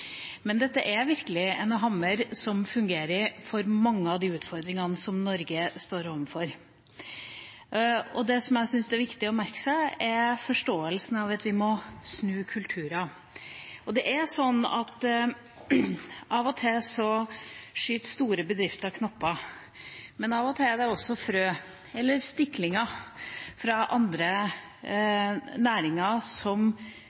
Men dette er virkelig en hammer som fungerer for mange av de utfordringene Norge står overfor. Det som jeg syns er viktig å merke seg, er forståelsen av at vi må snu kulturer. Av og til skyter store bedrifter knopper, men av og til er det også frø eller stiklinger fra andre næringer som bringer nye bedrifter fram. Det er ulogisk at det norske oppdrettseventyret våknet på Ås. Det er ingen logikk som